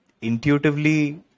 intuitively